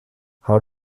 how